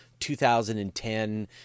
2010